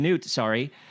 sorry